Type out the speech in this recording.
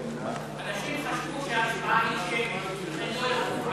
אנשים חשבו שההצבעה היא שמית ולכן לא לחצו על